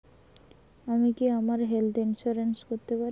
আমি কি আমার হেলথ ইন্সুরেন্স করতে পারি?